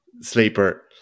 sleeper